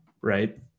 right